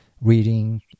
reading